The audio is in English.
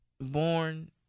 born